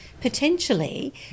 potentially